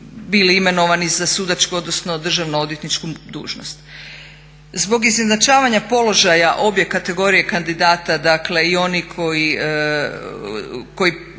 bili imenovani za sudačku odnosno državno odvjetničku dužnost. Zbog izjednačavanja položaja obje kategorije kandidata, dakle i onih koji